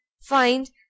find